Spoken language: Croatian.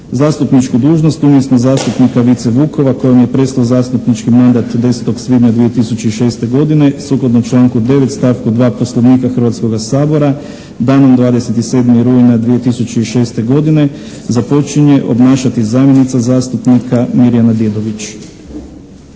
Zastupničku dužnost umjesto zastupnika Vice Vukova kojem je prestao zastupnički mandat 10. svibnja 2006. godine sukladno članku 9., stavku 2. Poslovnika Hrvatskoga sabora danom 27. rujna 2006. godine započinje obnašati zamjenica zastupnika Mirjana Didović.